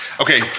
Okay